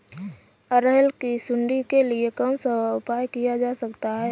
अरहर की सुंडी के लिए कौन सा उपाय किया जा सकता है?